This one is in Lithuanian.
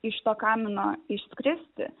iš to kamino išskristi